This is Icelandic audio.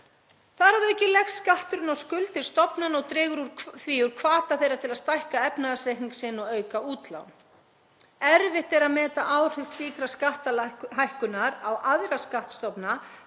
Þar að auki leggst skatturinn á skuldir stofnananna og dregur því úr hvata þeirra til að stækka efnahagsreikning sinn og auka útlán. Erfitt er að meta afleidd áhrif slíkrar skattahækkunar á aðra skattstofna